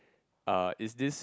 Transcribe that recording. uh is this